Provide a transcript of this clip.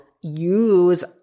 use